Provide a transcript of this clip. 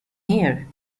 here